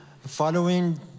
following